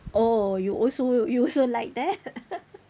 oh you also you also like that